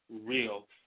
real